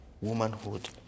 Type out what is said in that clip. womanhood